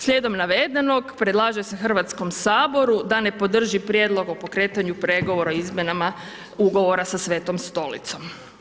Slijedom navedenog predlaže se Hrvatskom saboru da ne podrži prijedlog o pokretanju pregovora o izmjenama ugovora sa Svetom Stolicom.